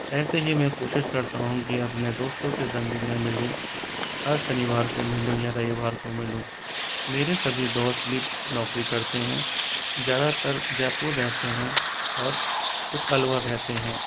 ऐसे ही मैं कोशिश करता हूँ कि मैं अपने दोस्तों के संग भी मैं मिलूँ हर शनिवार को मिलूँ या रविवार को मिलूँ मेरे सभी दोस्त भी नौकरी करते हैं ज़्यादातर जयपुर रहते हैं और कुछ अलवर रहते हैं